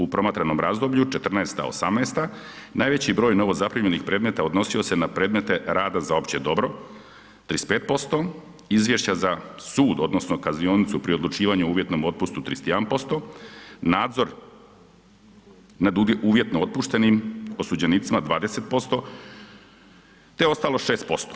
U promatranom razdoblju, 2014.—2018., najveći broj novozaprimljenih predmeta odnosi se na predmete rada za opće dobro, 35%, izvješća za sud odnosno kaznionicu pri odlučivanju o uvjetnom otpustu, 31%, nadzor nad uvjetnom otpuštenim osuđenicima, 20% te ostalo 6%